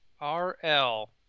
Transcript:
RL